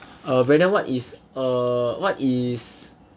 uh brandon what is uh what is